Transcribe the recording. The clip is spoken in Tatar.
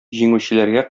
җиңүчеләргә